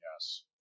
Yes